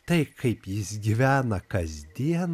tai kaip jis gyvena kasdien